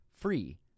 free